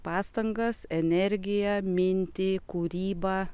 pastangas energiją mintį kūrybą